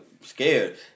scared